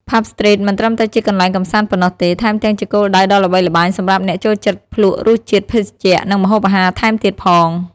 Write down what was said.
ផាប់ ស្ទ្រីត មិនត្រឹមតែជាកន្លែងកម្សាន្តប៉ុណ្ណោះទេ ថែមទាំងជាគោលដៅដ៏ល្បីល្បាញសម្រាប់អ្នកចូលចិត្តភ្លក្សរសជាតិភេសជ្ជៈ និងម្ហូបអាហារថែមទៀតផង។